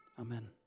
Amen